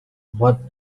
what